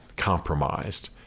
compromised